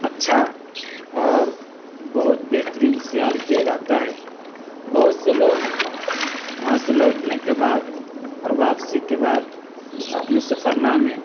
اچّھا اور بہت بہترین خیال کیا جاتا ہے بہت سے لوگ وہاں سے لوٹنے کے بعد اور واپسی کے بعد اپنے سفرنامے